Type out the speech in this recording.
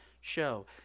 show